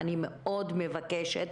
אני מאוד מבקשת